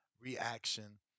reaction